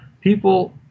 people